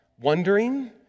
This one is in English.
wondering